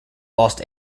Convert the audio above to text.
lost